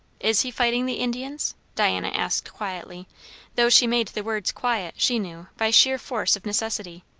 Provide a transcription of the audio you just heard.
is he fighting the indians? diana asked quietly though she made the words quiet, she knew, by sheer force of necessity.